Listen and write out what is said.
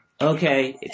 Okay